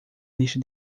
lista